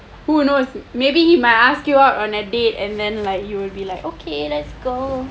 who knows maybe he may ask you out on a date and then like you will be like ok let's go